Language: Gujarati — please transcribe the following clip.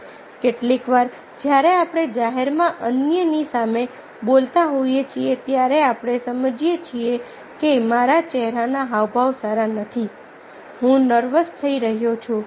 કેટલીકવાર જ્યારે આપણે જાહેરમાં અન્યની સામે બોલતા હોઈએ છીએ ત્યારે આપણે સમજીએ છીએ કે મારા ચહેરાના હાવભાવ સારા નથી હું નર્વસ થઈ રહ્યો છું